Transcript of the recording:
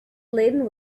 laden